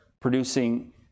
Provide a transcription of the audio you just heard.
producing